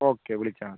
okay വിളിച്ചാൽ മതി